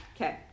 Okay